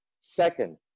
Second